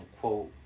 quote